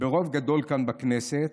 ברוב גדול כאן, בכנסת.